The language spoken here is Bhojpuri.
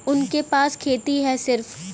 उनके पास खेती हैं सिर्फ